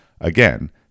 Again